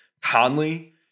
Conley